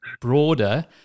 broader